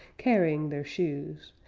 carrying their shoes,